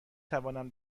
توانم